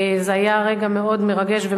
זה היה רגע מאוד מרגש ומרשים,